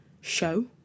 show